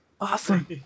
Awesome